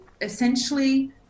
essentially